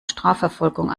strafverfolgung